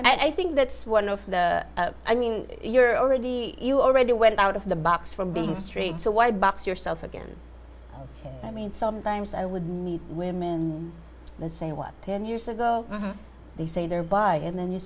i think that's one of the i mean you're already you already went out of the box from being street so why box yourself again i mean sometimes i would meet women let's say what ten years ago they say they're by and then you